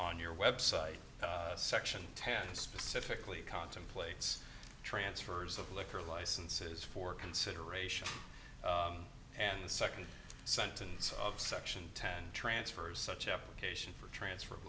on your website section ten specifically contemplates transfers of liquor licenses for consideration and the second sentence of section ten transfers such application for transfer of